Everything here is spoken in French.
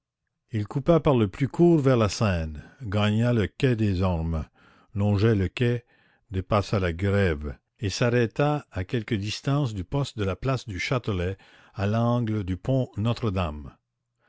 il coupa par le plus court vers la seine gagna le quai des ormes longea le quai dépassa la grève et s'arrêta à quelque distance du poste de la place du châtelet à l'angle du pont notre-dame